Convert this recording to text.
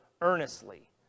earnestly